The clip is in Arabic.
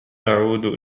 أعود